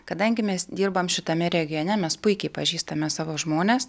kadangi mes dirbam šitame regione mes puikiai pažįstame savo žmones